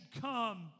come